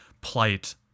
plight